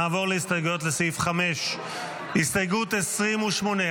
נעבור להסתייגויות לסעיף 5. הסתייגות 28,